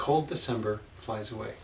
cold december flies away